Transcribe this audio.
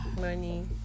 money